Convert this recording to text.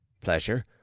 pleasure